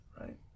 right